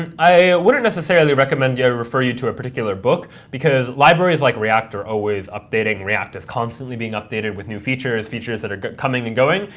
i wouldn't necessarily recommend or yeah refer you to a particular book, because libraries like react are always updating. react is constantly being updated with new features, features that are coming and going,